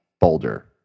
Boulder